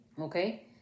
okay